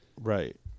Right